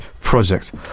Project